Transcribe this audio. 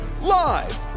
live